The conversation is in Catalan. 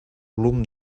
volum